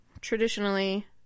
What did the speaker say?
traditionally